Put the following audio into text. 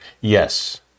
Yes